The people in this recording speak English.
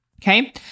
Okay